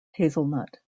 hazelnut